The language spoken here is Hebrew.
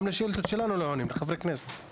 גם לשאילתות שלנו, של חברי כנסת, הם לא עונים.